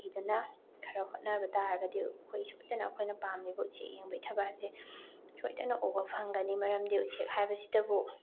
ꯊꯤꯗꯅ ꯈꯔ ꯍꯣꯠꯅꯕ ꯇꯥꯔꯒꯗꯤ ꯑꯩꯈꯣꯏ ꯁꯣꯏꯗꯅ ꯑꯩꯈꯣꯏꯅ ꯄꯥꯝꯃꯤꯕ ꯎꯆꯦꯛ ꯌꯦꯡꯕꯒꯤ ꯊꯕꯛ ꯑꯁꯦ ꯁꯣꯏꯗꯅ ꯎꯕ ꯐꯪꯒꯅꯤ ꯃꯔꯝꯗꯤ ꯎꯆꯦꯛ ꯍꯥꯏꯕꯁꯤꯗꯕꯨ